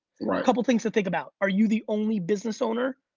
a couple of things to think about. are you the only business owner,